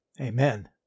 Amen